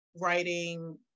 writing